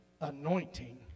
anointing